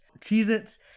Cheez-Its